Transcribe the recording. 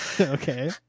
Okay